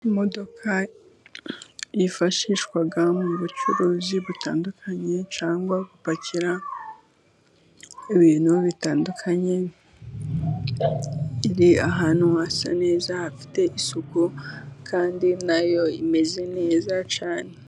Imodoka yifashishwa mu bucuruzi butandukanye cyangwa gupakira ibintu bitandukanye, Ni ahantu hasa neza, hafite isuku, kandi imeze neza cyane.